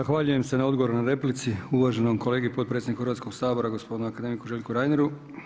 Zahvaljujem se na odgovoru na replici uvaženom kolegi potpredsjedniku Hrvatskog sabora gospodinu akademiku Željku Reineru.